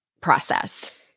process